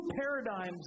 paradigms